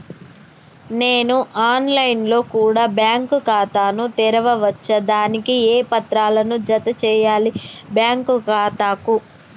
నేను online లో కూడా బ్యాంకు ఖాతా ను తెరవ వచ్చా? దానికి ఏ పత్రాలను జత చేయాలి బ్యాంకు ఖాతాకు?